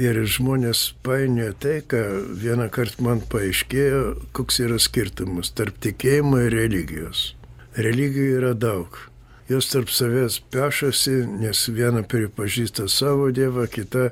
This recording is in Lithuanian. ir žmonės painioja tai ką vienąkart man paaiškėjo koks yra skirtumas tarp tikėjimo religijos religija yra daug jos tarp savęs pešasi nes viena pripažįsta savo dievą kita